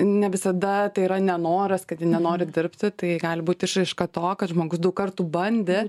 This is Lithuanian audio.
ne visada tai yra nenoras kad jie nenori dirbti tai gali būti išraiška to kad žmogus daug kartų bandė